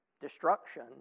destruction